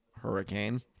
hurricane